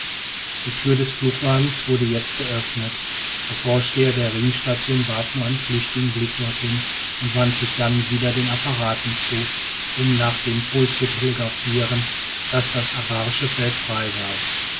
die tür des flugwagens wurde jetzt geöffnet der vorsteher der ringstation warf nur einen flüchtigen blick dorthin und wandte sich dann wieder den apparaten zu um nach dem pol zu telegraphieren daß das abarische feld frei sei